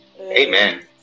Amen